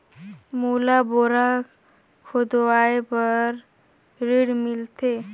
मोला बोरा खोदवाय बार ऋण मिलथे?